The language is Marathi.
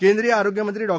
केंद्रीय आरोग्यमंत्री डॉ